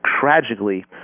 tragically